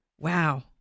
wow